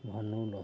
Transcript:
ᱵᱷᱟᱹᱱᱩ ᱞᱚᱦᱟᱨ